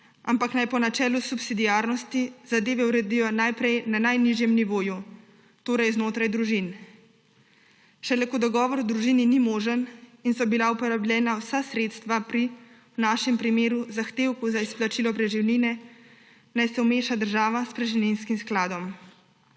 ampak naj po načelu subsidiarnosti zadeve uredijo najprej na najnižjem nivoju, torej znotraj družin. Šele ko dogovor v družini ni možen in so bila uporabljena vsa sredstva pri v našem primeru zahtevku za izplačilo preživnine, naj se vmeša država s preživninskim skladom.